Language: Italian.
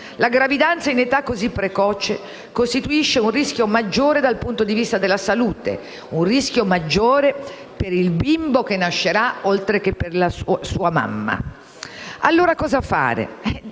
la gravidanza in età così precoce costituisce un rischio maggiore dal punto di vista della salute per il bimbo che nascerà, oltre che per la sua mamma. Cosa fare?